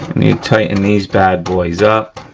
you you tighten these bad boys up